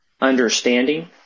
understanding